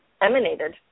emanated